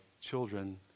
children